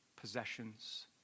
possessions